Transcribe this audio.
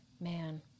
Man